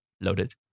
loaded